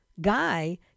guy